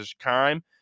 time